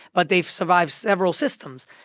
but they've survived several systems.